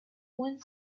went